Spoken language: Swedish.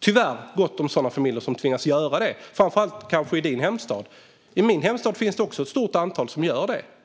tyvärr gott om familjer som tvingas göra det, kanske framför allt i Momodou Malcolm Jallows hemstad. I min hemstad finns det också ett stort antal som gör det.